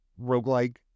roguelike